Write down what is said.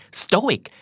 stoic